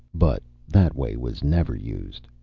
but that way was never used.